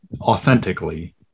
authentically